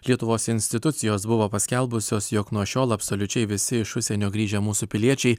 lietuvos institucijos buvo paskelbusios jog nuo šiol absoliučiai visi iš užsienio grįžę mūsų piliečiai